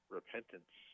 repentance